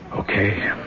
Okay